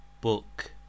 Book